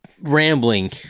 rambling